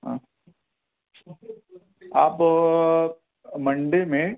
ہاں اچھا آپ منڈے میں